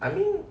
I mean